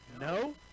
No